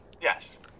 Yes